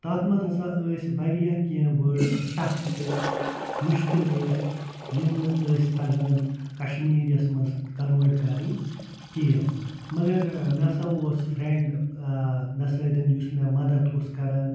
تَتھ منٛز ہسا ٲسۍ واریاہ کیٚنٛہہ وٲرڈٕس ٹَف تہِ مشکل ٲسۍ یِم نہٕ ٲسۍ تگان کَشمیٖریَس منٛز کَنوٲرٹ کَرٕنۍ کہیٖنۍ مگر ٲں مےٚ ہسا اوس فرٛیٚنڈ ٲں مےٚ سۭتۍ یُس مےٚ مدد اوس کران